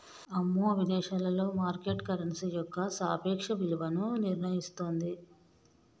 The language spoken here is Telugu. అమ్మో విదేశాలలో మార్కెట్ కరెన్సీ యొక్క సాపేక్ష విలువను నిర్ణయిస్తుంది